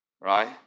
Right